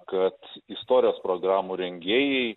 kad istorijos programų rengėjai